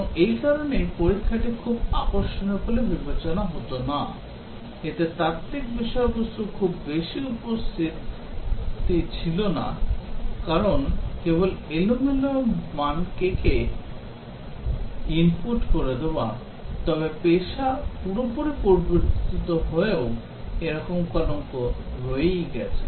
এবং এই কারণেই পরীক্ষাটি খুব আকর্ষণীয় বলে বিবেচিত হত না এতে তাত্ত্বিক বিষয়বস্তুর খুব বেশি উপস্থিতি ছিল না কারণ কেবল এলোমেলো মানকেকে ইনপুট করে দেওয়া তবে পেশা পুরোপুরি পরিবর্তিত হয়েও একরকম কলঙ্ক রয়েই গেছে